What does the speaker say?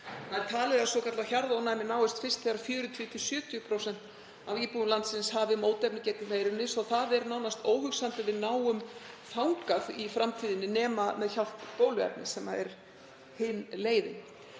Talið er að svokallað hjarðónæmi náist fyrst þegar 40–70% af íbúum landsins hafi mótefni gegn veirunni svo það er nánast óhugsandi að við náum þangað í framtíðinni nema með hjálp bóluefnis, sem er hin leiðin.